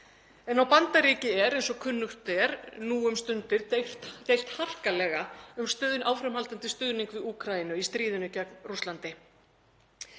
en á bandaríki er, eins og kunnugt er, nú um stundir deilt harkalega um áframhaldandi stuðning við Úkraínu í stríðinu gegn Rússlandi.